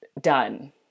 done